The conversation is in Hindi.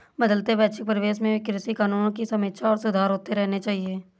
बदलते वैश्विक परिवेश में कृषि कानूनों की समीक्षा और सुधार होते रहने चाहिए